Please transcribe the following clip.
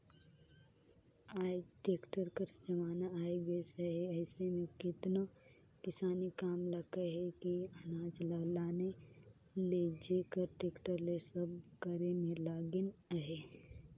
आएज टेक्टर कर जमाना आए गइस अहे अइसे में केतनो किसानी काम ल कहे कि अनाज ल लाने लेइजे कर टेक्टर ले सब करे में लगिन अहें